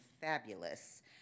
fabulous